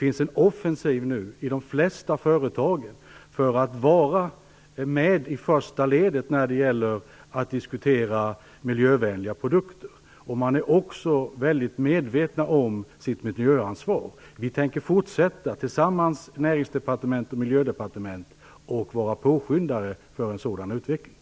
Man är offensiv nu i de flesta företagen för att man skall vara med i främsta ledet när det gäller att diskutera miljövänliga produkter. Man är också mycket medveten om sitt miljöansvar. Vi tänker fortsätta - näringsdepartement och miljödepartement tillsammans - att vara påskyndare för en sådan utveckling.